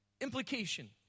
implication